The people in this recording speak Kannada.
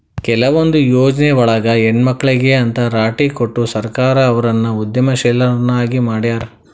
ಕೆಲವೊಂದ್ ಯೊಜ್ನಿಯೊಳಗ ಹೆಣ್ಮಕ್ಳಿಗೆ ಅಂತ್ ರಾಟಿ ಕೊಟ್ಟು ಸರ್ಕಾರ ಅವ್ರನ್ನ ಉದ್ಯಮಶೇಲ್ರನ್ನಾಗಿ ಮಾಡ್ಯಾರ